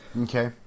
Okay